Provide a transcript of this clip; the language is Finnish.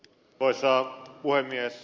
arvoisa puhemies